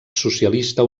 socialista